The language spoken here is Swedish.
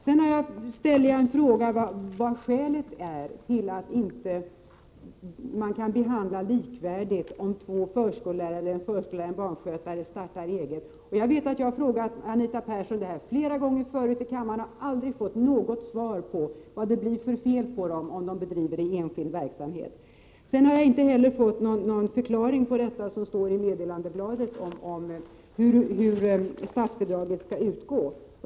Jag vill också ställa frågan: Vad är skälet till att man inte kan ge lika behandling åt två förskollärare eller en förskollärare och en barnskötare som startar eget? Jag vet att jag har ställt den frågan till Anita Persson flera gånger förut i kammaren och aldrig fått något svar på vad det blir för fel på dem om de bedriver det hela som enskild verksamhet. Jag har inte heller fått någon förklaring till det som står i meddelandebladet från socialstyrelsen om hur statsbidraget skall utgå.